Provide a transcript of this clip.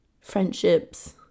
friendships